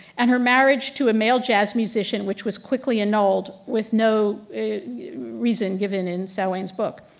and her marriage to a male jazz musician, which was quickly annulled, with no reason given in sawin's book.